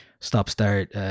stop-start